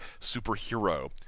superhero